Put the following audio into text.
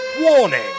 warning